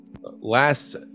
last